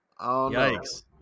Yikes